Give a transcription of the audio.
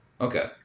Okay